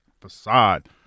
facade